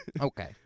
Okay